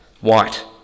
white